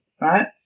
right